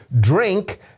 drink